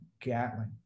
Gatling